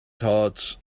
toward